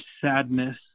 sadness